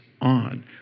on